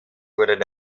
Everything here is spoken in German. wurden